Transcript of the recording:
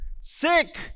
sick